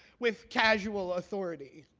with casual authority.